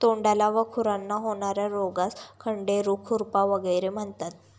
तोंडाला व खुरांना होणार्या रोगास खंडेरू, खुरपा वगैरे म्हणतात